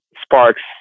sparks